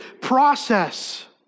process